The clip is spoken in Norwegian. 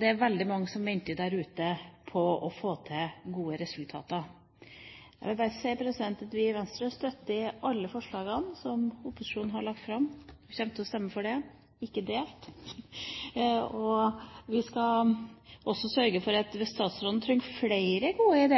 Det er veldig mange som venter der ute på å få til gode resultater. Jeg vil bare si at vi i Venstre støtter alle forslagene som opposisjonen har lagt fram, og kommer til å stemme for dem. Vi skal også sørge for at hvis